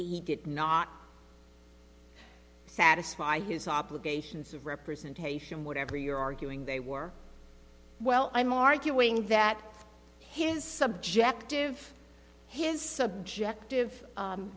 not satisfy his obligations of representation whatever you're arguing they were well i'm arguing that his subjective his subjective